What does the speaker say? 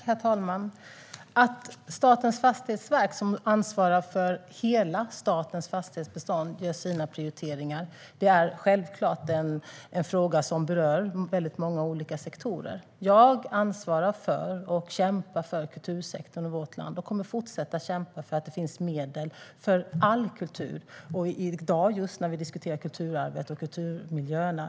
Herr talman! Att Statens fastighetsverk, som ansvarar för hela statens fastighetsbestånd, gör sina prioriteringar är självklart en fråga som berör väldigt många olika sektorer. Jag ansvarar för och kämpar för kultursektorn och vårt land. Jag kommer att fortsätta att kämpa för att det finns medel för all kultur. Just i dag diskuterar vi kulturarvet och kulturmiljöerna.